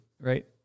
Right